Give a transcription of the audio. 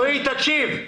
הלוואי שאת